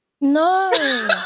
No